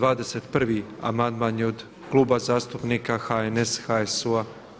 21. amandman je od Kluba zastupnika HNS-a, HSU.